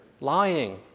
lying